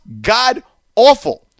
god-awful